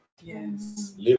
yes